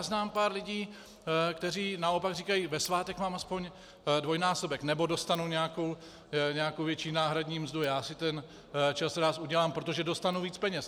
Znám pár lidí, kteří naopak říkají: Ve svátek mám aspoň dvojnásobek nebo dostanu nějakou větší náhradní mzdu, já si ten čas rád udělám, protože dostanu víc peněz.